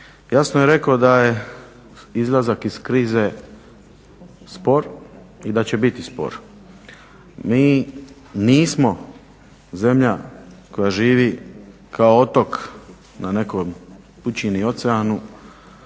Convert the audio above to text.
jasno je rekao da je izlazak iz krize spor i da će biti spor. Mi nismo zemlja koja živi kao otok na nekoj pučini, oceanu,